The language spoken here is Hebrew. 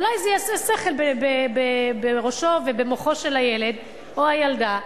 אולי זה יעשה שכל בראשו של הילד או הילדה,